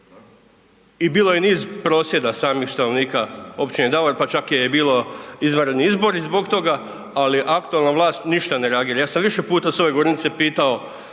I bilo je niz prosvjeda samih stanovnika Općine Davor pa čak je bilo izvanredni izbori zbog toga, ali aktualna vlast ništa ne reagira. Ja sam više puta s ove govornice pitao,